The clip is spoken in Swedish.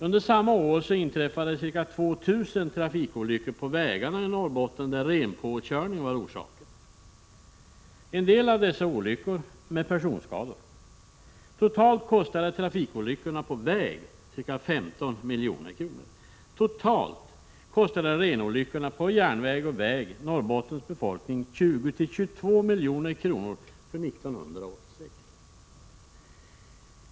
Under samma år inträffade ca 2 000 trafikolyckor på vägarna i Norrbotten, där renpåkörning var orsaken. En del av dessa olyckor medförde personskador. Totalt kostade trafikolyckorna på väg ca 15 milj.kr. Totalt kostade renolyckorna på järnväg och på väg Norrbottens befolkning 20-22 milj.kr. under 1986.